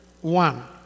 One